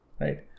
Right